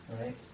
right